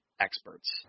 experts